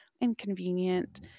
inconvenient